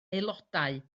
aelodau